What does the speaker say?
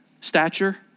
stature